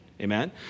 Amen